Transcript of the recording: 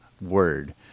word